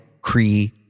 Cree